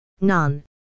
None